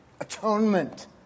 atonement